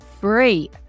free